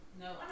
No